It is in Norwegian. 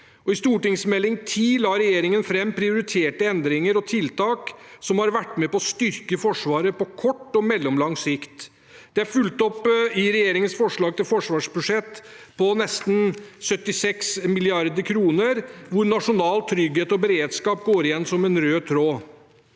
10 for 2021–2022 la regjeringen fram prioriterte endringer og tiltak som har vært med på å styrke Forsvaret på kort og mellomlang sikt. Det er fulgt opp i regjeringens forslag til forsvarsbudsjett på nesten 76 mrd. kr, hvor nasjonal trygghet og beredskap går igjen som en rød tråd.